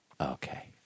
okay